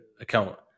account